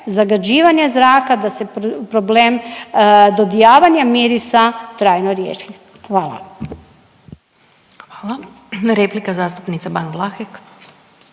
zagađivanja zraka, da se problem dodijavanja mirisa trajno riješi. Hvala. **Glasovac, Sabina (SDP)** Hvala. Replika zastupnica Ban Vlahek.